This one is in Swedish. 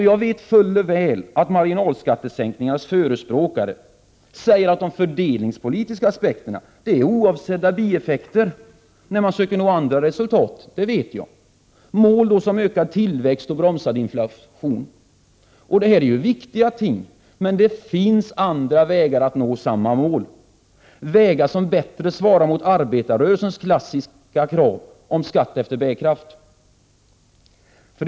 Jag vet fuller väl att marginalskattesänkningarnas förespråkare säger att de fördelningspolitiska aspekterna är oavsedda bieffekter när man söker nå andra resultat, t.ex. mål som ökad tillväxt och bromsad inflation. Detta är viktiga ting, men det finns andra vägar att nå samma mål, vägar som bättre svarar mot arbetarrörelsens klassiska krav om skatt efter bärkraft.